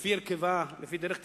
לפי הרכבה, לפי דרך תפקודה,